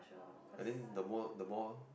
but then the more the more